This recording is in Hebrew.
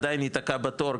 עדיין יתקע בתור,